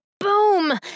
Boom